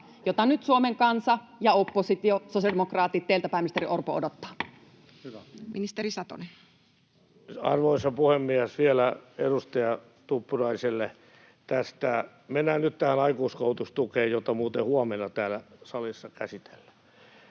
jota nyt Suomen kansa ja oppositio, sosiaalidemokraatit, teiltä, pääministeri Orpo, odottavat. Ministeri Satonen. Arvoisa puhemies! Vielä edustaja Tuppuraiselle: Mennään nyt tähän aikuiskoulutustukeen, jota muuten huomenna täällä salissa käsitellään.